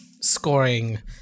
scoring